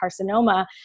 carcinoma